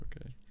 okay